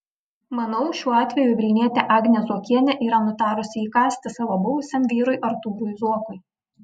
manau šiuo atveju vilnietė agnė zuokienė yra nutarusi įkąsti savo buvusiam vyrui artūrui zuokui